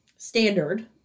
standard